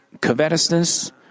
covetousness